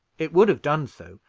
it would have done so,